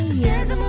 years